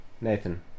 Nathan